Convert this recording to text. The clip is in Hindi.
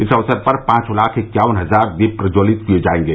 इस अवसर पर पांच लाख इक्यावन हजार दीप प्रज्जवलित किये जायेंगे